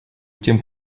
тем